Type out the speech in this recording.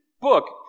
book